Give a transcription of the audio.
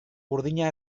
burdina